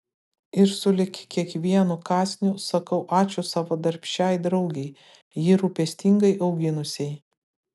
ir sulig kiekvienu kąsniu sakau ačiū savo darbščiai draugei jį rūpestingai auginusiai